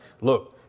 look